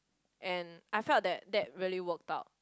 and I felt that that really worked out